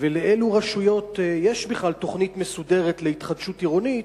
ולאילו רשויות יש בכלל תוכנית מסודרת להתחדשות עירונית?